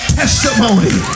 testimony